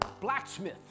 blacksmith